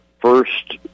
first